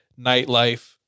nightlife